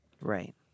Right